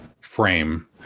frame